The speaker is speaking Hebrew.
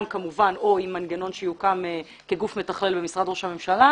כמובן או מהמנגנון שיוקם כגוף מתכלל במשרד ראש הממשלה